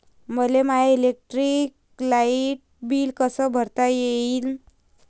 मले my electric light bill कस भरता येईल?